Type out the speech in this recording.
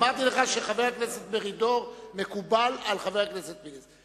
אמרתי לך שחבר הכנסת מרידור מקובל על חבר הכנסת פינס.